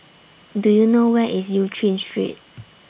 Do YOU know Where IS EU Chin Street